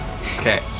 Okay